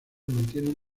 mantienen